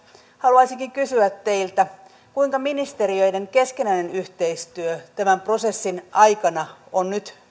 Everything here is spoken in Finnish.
haluaisinkin kysyä teiltä kuinka ministeriöiden keskinäinen yhteistyö tämän prosessin aikana on nyt